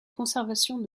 conservation